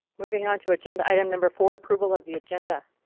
moving on to agenda item number four. approval of the agenda.